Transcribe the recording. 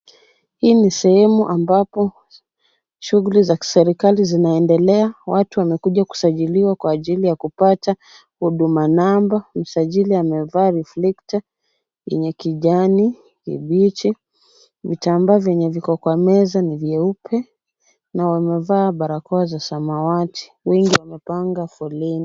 Hii ni sehemu ambapo shughuli za kiserikali zinaendelea; watu wamekuja kusajiliwa kwa ajili ya kupata huduma namba msajili amevaa reflector yenye kijani, kibichi. Vitambaa vyenye viko kwa meza ni vyaupe, na wame vaa barakoa za samawati. Wengi wamepanga foleni.